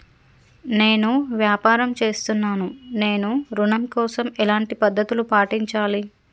నేను వ్యాపారం చేస్తున్నాను నేను ఋణం కోసం ఎలాంటి పద్దతులు పాటించాలి?